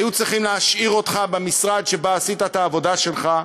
היו צריכים להשאיר אותך במשרד שבו עשית את העבודה שלך.